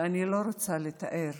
ואני לא רוצה לתאר,